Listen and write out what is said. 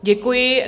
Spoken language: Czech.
Děkuji.